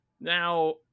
Now